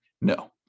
no